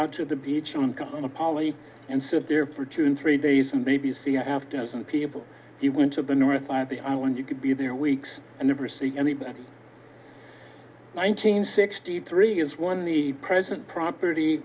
out to the beach and come on a poly and sit there for two and three days and maybe see after some people he went to the north side of the island you could be there weeks and never see anybody nineteen sixty three is one of the present property